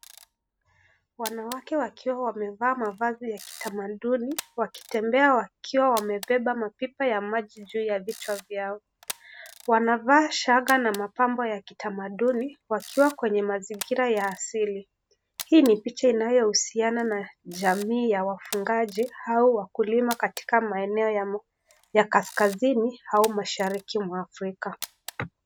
Wanawake wakiwa wamevaa mavazi ya kitamaduni, wakitembea wakiwa wamebeba mapipa ya maji juu ya vichwa vyao. Wanavaa shanga na mapambo ya kitamaduni, wakiwa kwenye mazingira ya asili. Hii ni picha inayohusiana na jamii ya wafungaji au wakulima katika maeneo ya Kaskazini au Mashariki mwa Afrika.